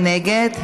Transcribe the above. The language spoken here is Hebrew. מי נגד?